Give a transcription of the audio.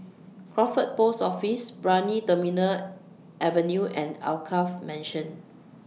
Crawford Post Office Brani Terminal Avenue and Alkaff Mansion